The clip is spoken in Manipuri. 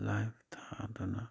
ꯂꯥꯏꯐ ꯊꯥꯗꯨꯅ